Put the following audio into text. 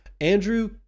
Andrew